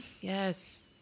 Yes